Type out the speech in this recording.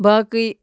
باقٕے